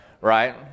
right